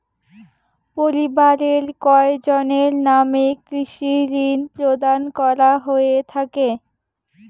পরিবারের কয়জনের নামে কৃষি ঋণ প্রদান করা হয়ে থাকে?